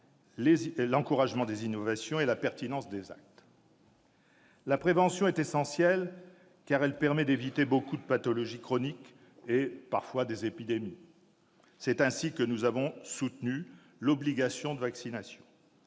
l'encouragement des innovations et la pertinence des actes. La prévention est essentielle, car elle permet d'éviter de nombreuses pathologies chroniques et, parfois, des épidémies. C'est ainsi que nous avons soutenu l'obligation de vaccination.